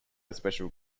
special